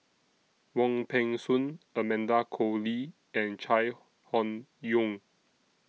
Wong Peng Soon Amanda Koe Lee and Chai Hon Yoong